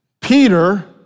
Peter